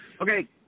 Okay